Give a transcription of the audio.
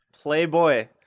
Playboy